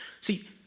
See